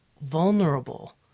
vulnerable